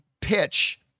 pitch